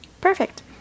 perfect